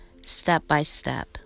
step-by-step